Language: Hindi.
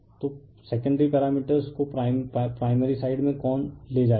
तो सेकेंडरी पैरामीटर को प्राइमरी साइड में कौन ले जाएगा